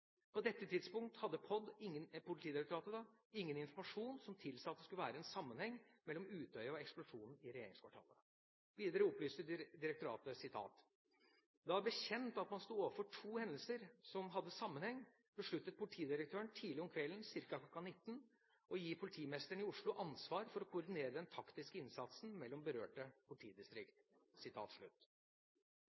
på Utøya i Tyrifjorden. På dette tidspunkt hadde POD ingen informasjon som tilsa at det skulle være en sammenheng mellom Utøya og eksplosjonen i Regjeringskvartalet.» Videre opplyser direktoratet: «Da det ble kjent at man stod overfor to hendelser som hadde sammenheng, besluttet politidirektøren tidlig om kvelden, ca kl. 1900, å gi politimesteren i Oslo ansvar for å koordinere den taktiske innsatsen mellom berørte politidistrikt.»